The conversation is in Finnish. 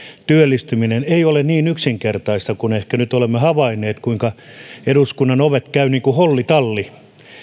työllistyminen ei ole niin yksinkertaista kuin ehkä nyt olemme havainneet eduskunnan ovet käyvät niin kuin hollitalli